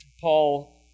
Paul